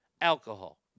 alcohol